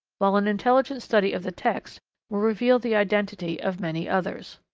while an intelligent study of the text will reveal the identity of many others.